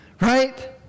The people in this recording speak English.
right